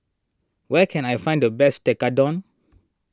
where can I find the best Tekkadon